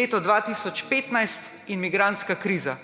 leto 2015 in migrantska kriza.